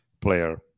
player